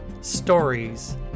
stories